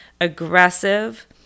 aggressive